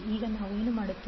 ಈಗ ನಾವು ಏನು ಮಾಡುತ್ತೇವೆ